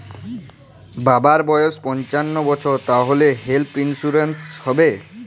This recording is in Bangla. বাবার বয়স পঞ্চান্ন বছর তাহলে হেল্থ ইন্সুরেন্স হবে?